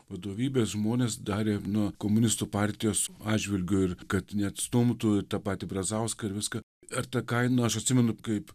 vadovybės žmonės darė nuo komunistų partijos atžvilgiu ir kad neatstumtų tą patį brazauską ir viską ar ta kaina aš atsimenu kaip